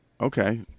Okay